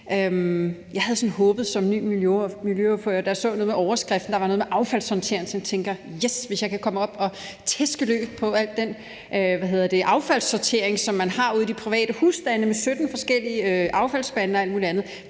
Jeg havde sådan håbet som ny miljøordfører, da jeg så titlen, at det var noget med affaldshåndtering. Jeg tænkte: Yes, jeg kan komme op og tæske løs på al den affaldssortering, man har ude i de private husstande med 17 forskellige affaldsspande og alt muligt andet.